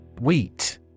Wheat